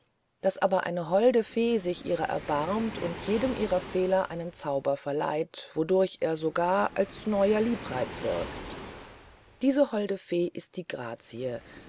daß aber eine holde fee sich ihrer erbarmt und jedem ihrer fehler einen zauber verleiht wodurch er sogar als ein neuer liebreiz wirkt diese holde fee ist die grazie